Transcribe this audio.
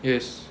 yes